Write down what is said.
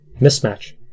mismatch